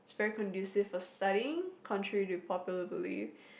is very conducive for studying contrary to popular belief